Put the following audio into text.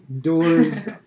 doors